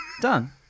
Done